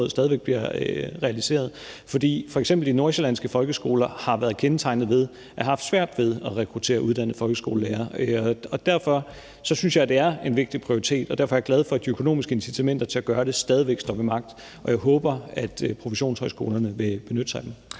stadig væk bliver realiseret. F.eks. de nordsjællandske folkeskoler har været kendetegnet ved at have haft svært ved at rekruttere uddannede folkeskolelærere. Derfor synes jeg, at det er en vigtig prioritet, og derfor er jeg glad for, at de økonomiske incitamenter til at gøre det stadig væk står ved magt. Jeg håber, at professionshøjskolerne vil benytte sig af dem.